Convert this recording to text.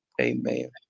Amen